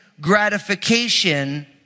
gratification